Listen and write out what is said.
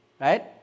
right